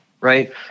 right